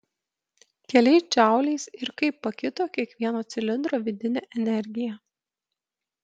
keliais džauliais ir kaip pakito kiekvieno cilindro vidinė energija